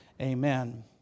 Amen